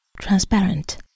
transparent